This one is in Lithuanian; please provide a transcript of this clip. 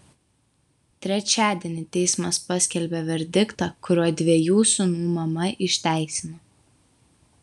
trečiadienį teismas paskelbė verdiktą kuriuo dviejų sūnų mamą išteisino